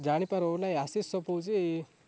ଜାଣିପାରୁ ନାହିଁ ଆଶିଷ ସପ୍ କଉଛି